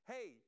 Hey